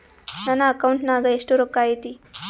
ನನ್ನ ಅಕೌಂಟ್ ನಾಗ ಎಷ್ಟು ರೊಕ್ಕ ಐತಿ?